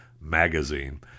magazine